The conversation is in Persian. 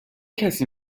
کسی